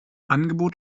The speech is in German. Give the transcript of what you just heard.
angebot